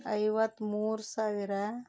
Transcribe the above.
ಐವತ್ತ್ಮೂರು ಸಾವಿರ